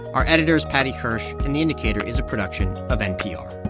our editor is paddy hirsch, and the indicator is a production of npr